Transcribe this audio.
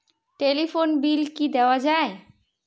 Telephone bill কি দেওয়া যায়?